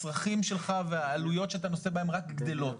הצרכים שלך והעלויות שאתה נושא בהן רק גדלות.